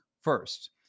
first